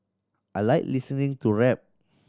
I like listening to rap